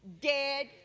dead